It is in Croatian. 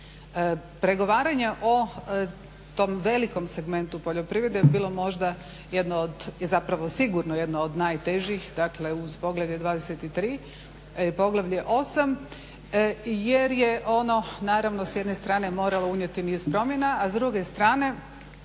Pregovaranja o tom velikom segmentu poljoprivrede je bilo jedno od sigurno jedeno od najtežih dakle uz poglavlje 23, poglavlje 8 jer je on s jedne strane moralo unijeti niz promjena, a s druge strane